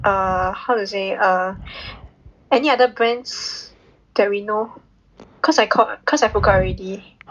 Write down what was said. err how to say err any other brands that we know cause I called cause I forgot already